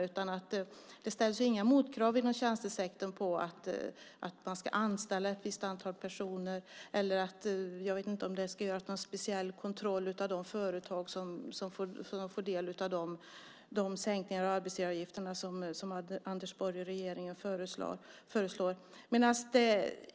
Inom tjänstesektorn ställs det inga motkrav på att man ska anställa ett visst antal personer, och jag vet inte om det är skrivet att det ska göras någon speciell kontroll av de företag som får del av de sänkningar av arbetsgivaravgifterna som Anders Borg och regeringen föreslår.